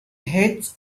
hit